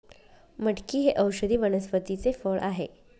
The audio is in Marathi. मटकी हे औषधी वनस्पतीचे फळ आहे